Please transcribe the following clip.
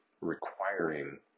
requiring